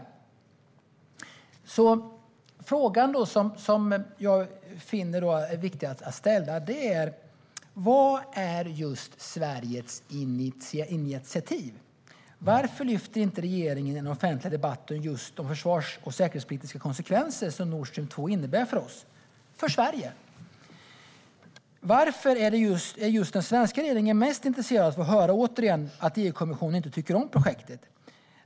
Den fråga som jag finner är viktig att ställa är: Vad är Sveriges initiativ? Varför lyfter inte regeringen i den offentliga debatten fram de försvars och säkerhetspolitiska konsekvenser som Nord Stream 2 innebär för Sverige? Varför är just den svenska regeringen mest intresserad av att återigen höra att EU-kommissionen inte tycker om projektet?